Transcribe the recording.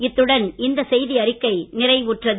இத்துடன் இந்த செய்தியறிக்கை நிறைவுபெறுகிறது